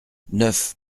neuf